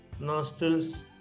nostrils